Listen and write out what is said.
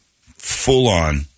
full-on